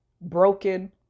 broken